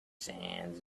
sands